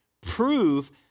Prove